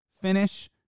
finish